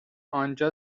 انجا